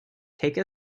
take